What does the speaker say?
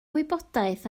wybodaeth